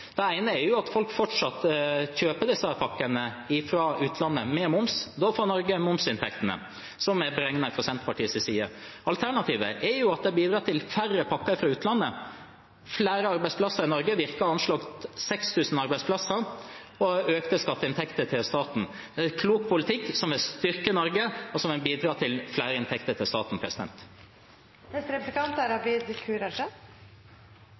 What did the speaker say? Det ene er at folk fortsatt kjøper disse pakkene fra utlandet med moms. Da får Norge momsinntektene, som er beregnet fra Senterpartiets side. Det andre alternativet er at det bidrar til færre pakker fra utlandet, flere arbeidsplasser i Norge, Virke har anslått 6 000 arbeidsplasser, og økte skatteinntekter til staten. Det er en klok politikk som vil styrke Norge og bidra til flere inntekter til staten. Regjeringspartiene er